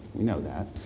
you know that,